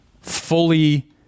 fully